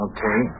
Okay